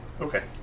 Okay